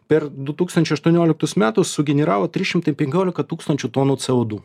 per du tūkstančiai aštuonioliktus metus sugeneravo trys šimtai penkiolika tūkstančių tonų co du